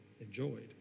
enjoyed